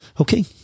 Okay